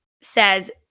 says –